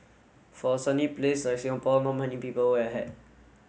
for a sunny place a Singapore not many people wear a hat